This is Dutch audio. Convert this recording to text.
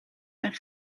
ben